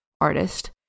artist